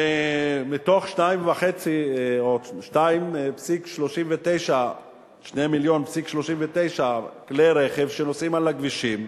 ומתוך 2.5 או 2.39 מיליון כלי-רכב שנוסעים על הכבישים.